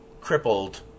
crippled